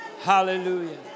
hallelujah